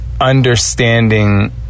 understanding